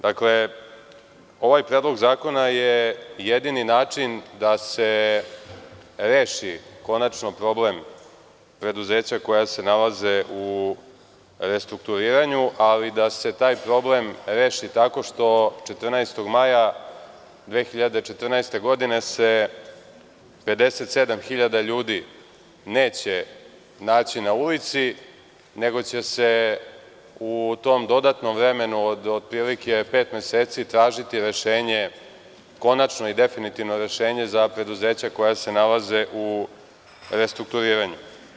Dakle, ovaj predlog zakona je jedini način da se reši konačno problem preduzeća koja se nalaze u restrukturiranju, ali da se taj problem reši tako što 14. maja 2014. godine se 57.000 ljudineće naći na ulici, nego će se u tom dodatnom vremenu od pet meseci tražiti rešenje, konačno i definitivno rešenje, za preduzeća koja se nalaze u restrukturiranju.